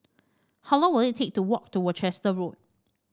how long will it take to walk to Worcester Road